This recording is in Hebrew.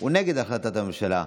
הוא נגד הצעת הממשלה.